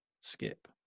skip